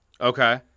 Okay